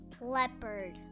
leopard